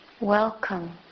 welcome